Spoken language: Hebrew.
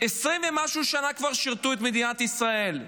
20 ומשהו שנה שירתו את מדינת ישראל,